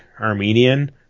Armenian